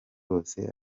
bose